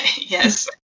Yes